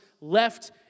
left